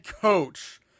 coach